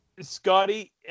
Scotty